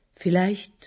Vielleicht